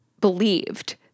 believed